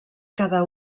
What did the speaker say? cada